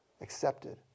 accepted